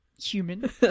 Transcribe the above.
human